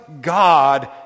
God